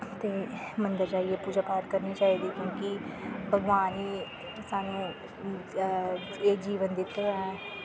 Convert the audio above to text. ते मन्दर जाइयै पूजा पाठ करनी चाहिदी क्योंकि भगवान ई स्हानू एह् जीवन दित्ता दा ऐ